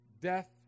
Death